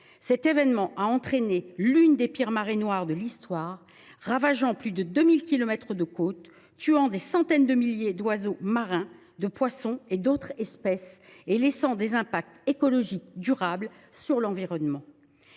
Cet événement entraîna l’une des pires marées noires de l’Histoire, ravageant plus de 2 000 kilomètres de côtes, tuant des centaines de milliers d’oiseaux marins, de poissons et d’autres types d’animaux et occasionnant des impacts écologiques durables sur l’environnement.